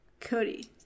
Cody